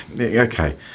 okay